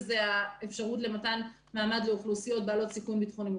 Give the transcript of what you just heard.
וזה האפשרות למתן מעמד לאוכלוסיות בעלות סיכון ביטחוני מופחת,